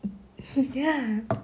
ya